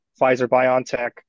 Pfizer-BioNTech